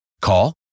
Call